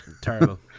Terrible